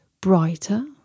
brighter